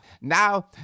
Now